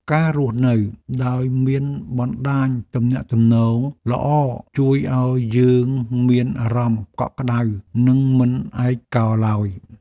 ការរស់នៅដោយមានបណ្តាញទំនាក់ទំនងល្អជួយឱ្យយើងមានអារម្មណ៍កក់ក្តៅនិងមិនឯកោឡើយ។